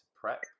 prep